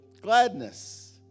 gladness